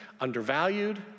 undervalued